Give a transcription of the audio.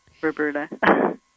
Roberta